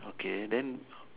okay then